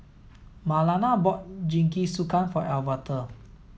Marlana bought Jingisukan for Alverta